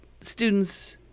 students